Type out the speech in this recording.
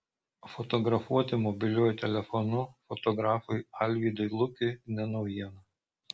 fotografuoti mobiliuoju telefonu fotografui alvydui lukiui ne naujiena